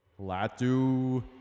latu